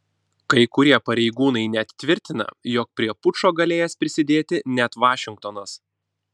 kai kurie pareigūnai net tvirtina jog prie pučo galėjęs prisidėti net vašingtonas